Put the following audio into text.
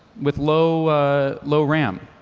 with low ah low ram.